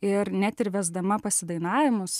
ir net ir vesdama pasidainavimus